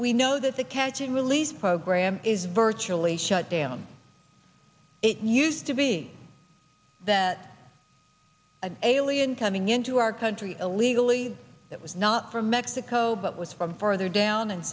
we know that the catch and release program is virtually shut down it used to be that an alien coming into our country illegally that was not from mexico but was from further down and